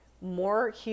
more